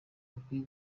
bakwiye